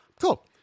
cool